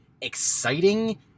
exciting